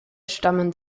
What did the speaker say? stammen